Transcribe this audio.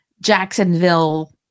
Jacksonville